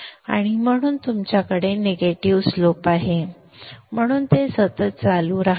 आणि म्हणून तुमच्याकडे निगेटिव्ह स्लोप आहे म्हणून ते सतत चालू राहते